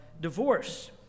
divorce